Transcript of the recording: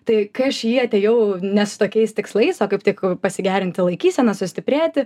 tai kai aš į jį atėjau ne su tokiais tikslais o kaip tik pasigerinti laikyseną sustiprėti